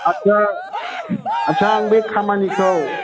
आस्सा आस्सा आं बे खामानिखौ